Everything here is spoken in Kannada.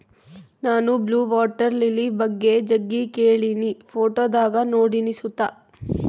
ನಾನು ಬ್ಲೂ ವಾಟರ್ ಲಿಲಿ ಬಗ್ಗೆ ಜಗ್ಗಿ ಕೇಳಿನಿ, ಫೋಟೋದಾಗ ನೋಡಿನಿ ಸುತ